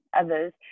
others